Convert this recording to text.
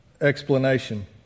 explanation